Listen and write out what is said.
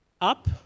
Up